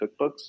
cookbooks